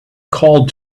called